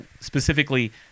specifically